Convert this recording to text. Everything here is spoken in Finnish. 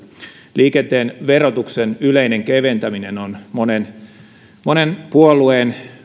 liikenteen verotuksen yleinen keventäminen on mielestäni monen puolueen